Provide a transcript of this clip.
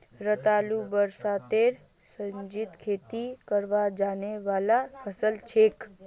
रतालू बरसातेर सीजनत खेती कराल जाने वाला फसल छिके